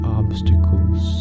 obstacles